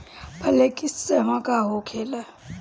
Flexi जमा का होखेला?